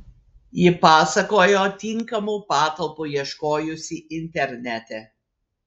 ji pasakojo tinkamų patalpų ieškojusi internete